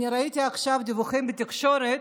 ראיתי עכשיו דיווחים בתקשורת,